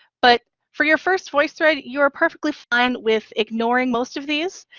but for your first voicethread, you are perfectly fine with ignoring most of these.